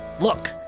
look